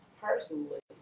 personally